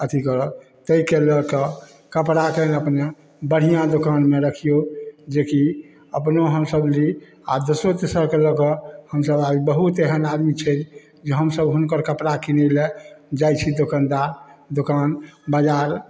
अथीके ताहिके लऽ कऽ कपड़ा कनी अपने बढ़िऑं दोकानमे रखियौ जेकी अपनो हमसब ली आ दोसरो तेसरके लऽ कऽ हमसब आबी बहुत एहन आदमी छै जे हमसब हुनकर कपड़ा किनैला जाइ छी दोकानदार दोकान बजार